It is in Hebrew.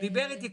הוא דיבר איתי,